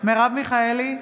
מרב מיכאלי,